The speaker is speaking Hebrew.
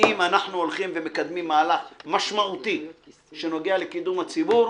אם אנחנו הולכים ומקדמים מהלך משמעותי שנוגע לקידום הציבור,